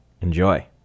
Enjoy